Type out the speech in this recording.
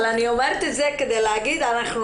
אבל אני אומרת את זה כדי להגיד שאנחנו